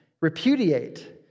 Repudiate